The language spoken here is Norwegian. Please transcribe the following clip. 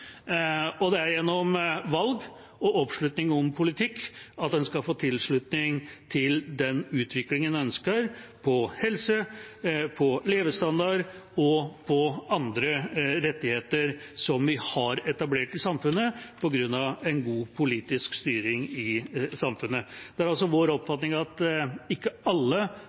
Det er gjennom valg og oppslutning om politikk at en skal få tilslutning til den utviklingen en ønsker innen helse, levestandard og andre rettigheter som vi har etablert i samfunnet – på grunn av en god politisk styring av samfunnet. Det er vår oppfatning at ikke alle